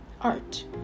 art